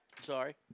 Sorry